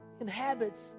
inhabits